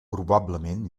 probablement